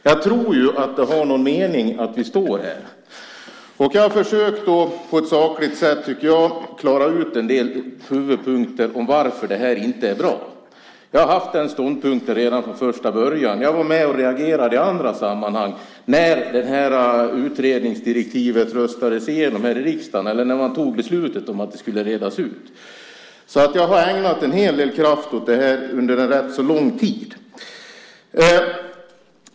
Jag tror ju att det har någon mening att vi står här. Jag tycker att jag på ett sakligt sätt har försökt att peka på en del huvudpunkter när det gäller varför det här inte är bra. Jag har intagit den ståndpunkten redan från första början. Jag var med och reagerade i andra sammanhang när man fattade beslutet om att detta skulle redas ut. Jag har ägnat en hel del kraft åt det här under en rätt så lång tid.